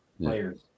players